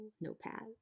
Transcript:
notepad